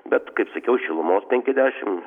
bet kaip sakiau šilumos penki dešim